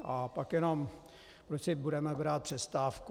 A pak jenom proč si budeme brát přestávku.